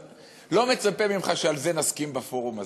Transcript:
אני לא מצפה ממך שעל זה נסכים בפורום הזה.